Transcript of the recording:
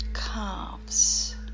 Calves